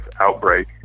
outbreak